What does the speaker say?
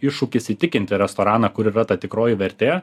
iššūkis įtikinti restoraną kur yra ta tikroji vertė